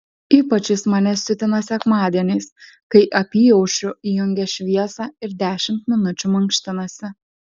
ypač jis mane siutina sekmadieniais kai apyaušriu įjungia šviesą ir dešimt minučių mankštinasi